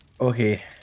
Okay